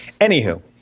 Anywho